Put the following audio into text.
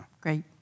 great